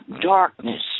darkness